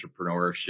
entrepreneurship